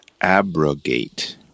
abrogate